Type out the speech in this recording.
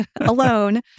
alone